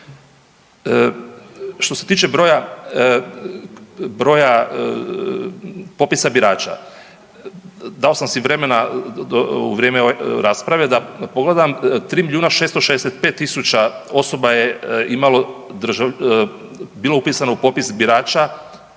Što se tiče broja popisa birača, dao sam si vremena u vrijeme ove rasprave da pogledam 3 milijuna 665 tisuća osoba je imalo bilo upisano u popis birača